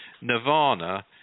Nirvana